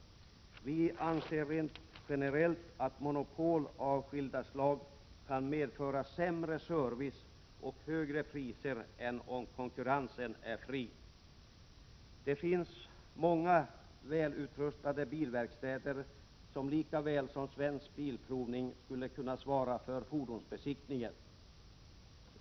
Vi anser rent generellt att monopol av skilda slag kan medföra sämre service och högre priser än om konkurrensen är fri. Det finns många välutrustade bilverkstäder som lika väl som Svensk Bilprovning skulle kunna svara för fordonsbesiktningen.